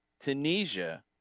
Tunisia